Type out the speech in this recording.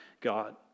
God